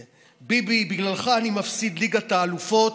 ביבי, בגללך אני מפסיד את ליגת האלופות,